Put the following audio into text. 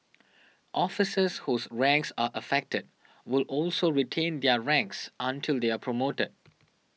officers whose ranks are affected will also retain their ranks until they are promoted